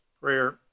prayer